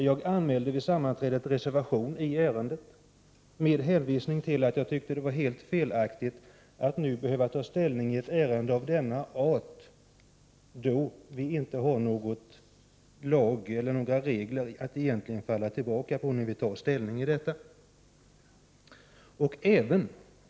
Jag anmälde en reservation i ärendet, med hänvisning till att jag tyckte det var helt felaktigt att nu behöva ta ställning i ett ärende av denna art då vi inte har några regler att egentligen falla tillbaka på när vi skall ta ställning.